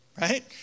right